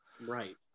right